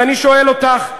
ואני שואל אותך,